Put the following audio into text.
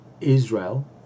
Israel